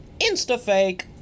InstaFake